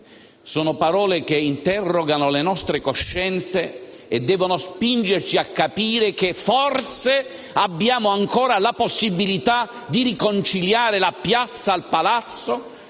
Sono parole severe, che interrogano le nostre coscienze e devono spingerci a capire che, forse, abbiamo ancora la possibilità di riconciliare la piazza al Palazzo